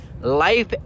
life